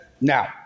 now